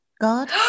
god